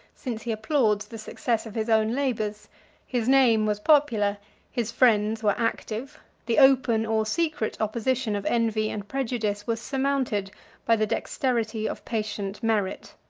since he applauds the success of his own labors his name was popular his friends were active the open or secret opposition of envy and prejudice was surmounted by the dexterity of patient merit.